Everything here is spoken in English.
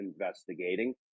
investigating